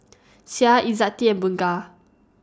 Syah Izzati and Bunga